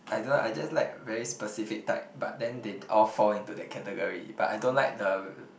I don't like I just like very specific type but then they all fall into that category but I don't like the